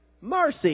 Mercy